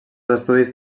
estudis